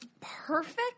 perfect